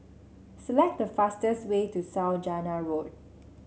select the fastest way to Saujana Road